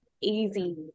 easy